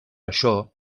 això